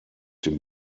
den